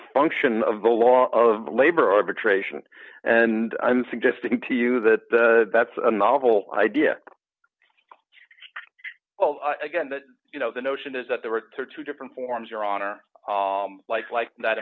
function of the law of labor arbitration and i'm suggesting to you that that's a novel idea well i get that you know the notion is that there are two different forms your honor life like that